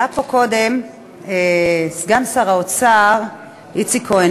עלה פה קודם סגן שר האוצר איציק כהן,